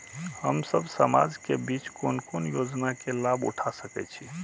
हम सब समाज के बीच कोन कोन योजना के लाभ उठा सके छी?